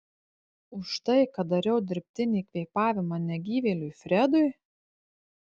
už tai kad dariau dirbtinį kvėpavimą negyvėliui fredui